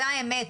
זאת האמת.